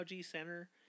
Center